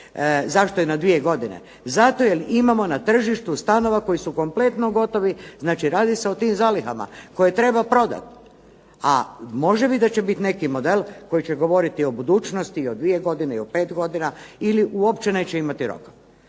zašto je na dvije godine, zato jer imamo na tržištu stanova koji su kompletno gotovi, znači radi se o tim zalihama, koje treba prodati, a može bit da će biti neki model koji će govoriti o budućnosti, o dvije godine, i o pet godina ili uopće neće imati rok.